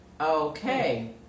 Okay